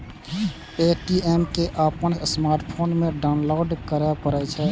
Paytm कें अपन smartphone मे डाउनलोड करय पड़ै छै